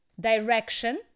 direction